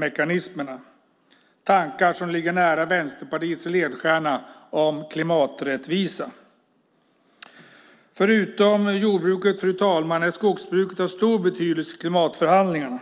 Det är tankar som ligger nära Vänsterpartiets ledstjärna om klimaträttvisa. Fru ålderspresident! Förutom jordbruket är skogsbruket av stor betydelse i klimatförhandlingarna.